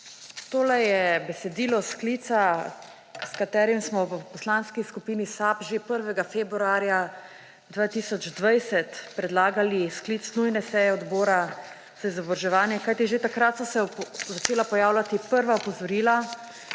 Tole je besedilo sklica, s katerim smo v Poslanski skupini SAB že 1. februarja 2020 predlagali sklic nujne seje Odbora za izobraževanje, kajti že takrat so se začela pojavljati prva opozorila,